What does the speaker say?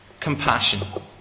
Compassion